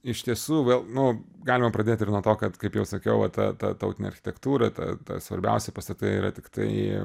iš tiesų vėl nu galima pradėt ir nuo to kad kaip jau sakiau va ta ta tautinė architektūra ta ta svarbiausi pastatai yra tiktai